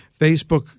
Facebook